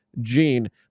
Gene